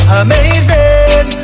amazing